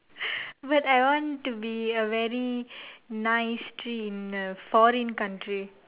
but I want to be a very nice tree in a foreign country